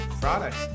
Friday